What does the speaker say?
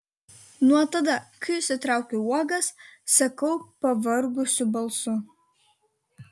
nuo tada kai išsitraukiau uogas sakau pavargusiu balsu